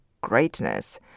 greatness